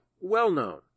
well-known